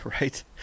right